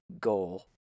goal